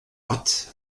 watt